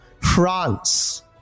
France